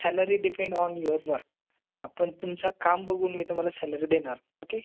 salary depend on your work आपण तुमचं काम बघून मी तुम्हाला सॅलरी देणार ओके